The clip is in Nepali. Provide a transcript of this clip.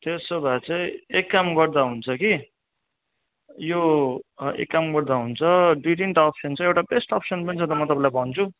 त्यसो भए चाहिँ एक काम गर्दा हुन्छ कि यो एक काम गर्दा हुन्छ दुई तिनटा अप्सन छ एउटा बेस्ट अप्सन पनि छ म तपाईँलाई भन्छु